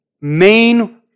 main